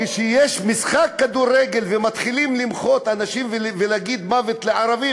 כשיש משחק כדורגל ואנשים מתחילים למחות ולהגיד "מוות לערבים",